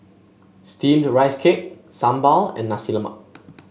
steamed Rice Cake sambal and Nasi Lemak